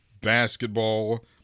basketball